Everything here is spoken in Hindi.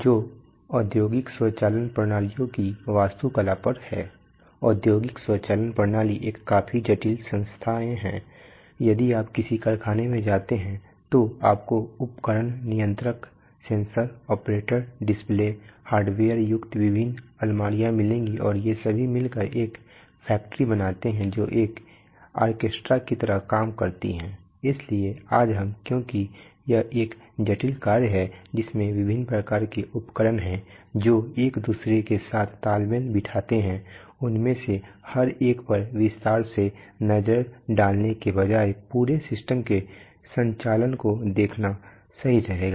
जो औद्योगिक स्वचालन प्रणालियों की वास्तुकला पर है औद्योगिक स्वचालन प्रणाली एक काफी जटिल संस्थाएं हैं यदि आप किसी कारखाने में जाते हैं तो आपको उपकरण नियंत्रक सेंसर ऑपरेटर डिस्प्ले हार्डवेयर युक्त विभिन्न अलमारियाँ मिलेंगी और ये सभी मिलकर एक फैक्ट्री बनाते हैं जो एक ऑर्केस्ट्रा की तरह काम करती है इसलिए आज हम क्योंकि यह एक जटिल कार्य है जिसमें विभिन्न प्रकार के उपकरण हैं जो एक दूसरे के साथ तालमेल बिठाते हैं उनमें से हर एक पर विस्तार से नज़र डालने के बजाय पूरे सिस्टम के संचालन को देखना सही रहेगा